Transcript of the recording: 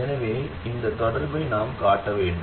எனவே அந்த தொடர்பை நாம் காட்ட வேண்டும்